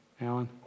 alan